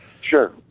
Sure